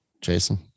Jason